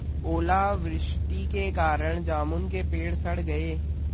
ओला वृष्टि के कारण जामुन के पेड़ सड़ गए